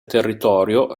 territorio